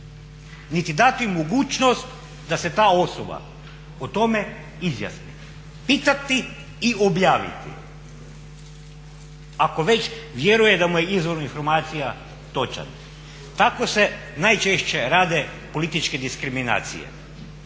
niti dati mogućnost da se ta osoba o tome izjasni. Pitati i objaviti ako već vjeruje da mu je izvorna informacija točna. Tako se najčešće rade političke diskriminacije.